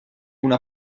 una